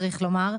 צריך לומר,